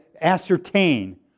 ascertain